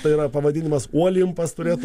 tai yra pavadinimas uolimpas turėtų